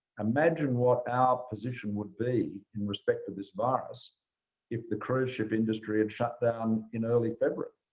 imagine what our position would be in respect to this virus if the cruise ship industry had shut down in early february?